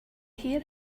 hear